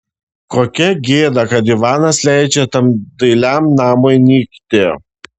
kokia gėda kad ivanas leidžia tam dailiam namui nykti